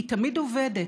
היא תמיד עובדת: